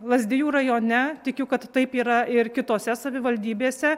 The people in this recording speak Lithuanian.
lazdijų rajone tikiu kad taip yra ir kitose savivaldybėse